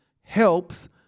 helps